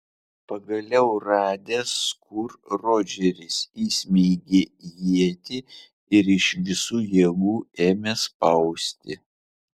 pagaliau radęs kur rodžeris įsmeigė ietį ir iš visų jėgų ėmė spausti